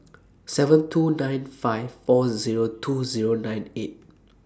seven two nine five four Zero two Zero nine eight